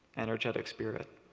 energetic spirit.